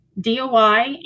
DOI